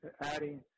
adding